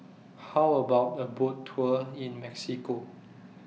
How about A Boat Tour in Mexico